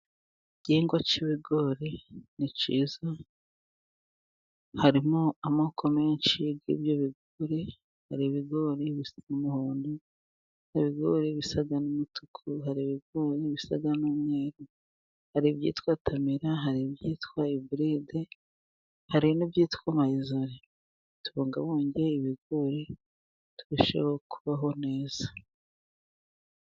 Igihingwa cy'ibigori ni cyiza, harimo amako menshi y'ibyo bigori, hari ibigori bisa n'umuhondo hari ibigoro bisa n'umutuku, hari ibigori bisa n'umweru hari ibyitwa tamira, hari ibyitwa iburide hari n'ibyitwa mayizori. Tubungabunge ibigori, turusheho kubaho neza.